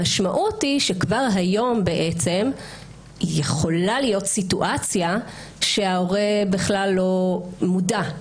המשמעות היא שכבר היום יכולה להיות סיטואציה שההורה בכלל לא מודע.